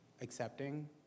accepting